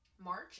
March